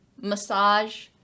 massage